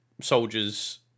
soldiers